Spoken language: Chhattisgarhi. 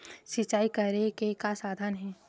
सिंचाई करे के का साधन हे?